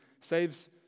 saves